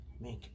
Make